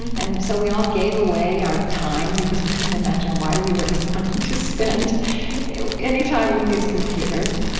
and so we all gave away our time, because we couldn't imagine why we would have wanted to spend any time with these computers.